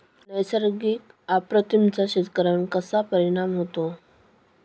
नैसर्गिक आपत्तींचा शेतकऱ्यांवर कसा परिणाम होतो?